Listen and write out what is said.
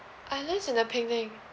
unless in the penang